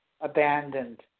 abandoned